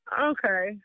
Okay